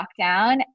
lockdown